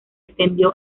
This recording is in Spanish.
extendió